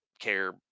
care